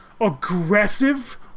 aggressive